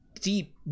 deep